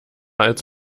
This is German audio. als